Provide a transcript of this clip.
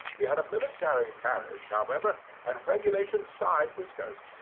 he had a military carriage, however, and regulation side whiskers.